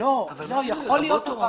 יכול לעסוק בפעילויות אחרות,